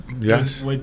Yes